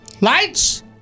Lights